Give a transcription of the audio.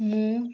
ମୁଁ